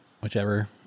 whichever